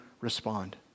respond